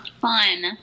Fun